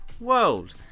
World